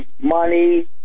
money